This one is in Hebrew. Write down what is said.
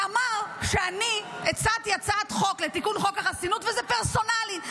ואמר שאני הצעתי הצעת חוק לתיקון חוק החסינות וזה פרסונלי.